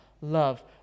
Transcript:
love